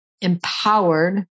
empowered